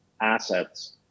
assets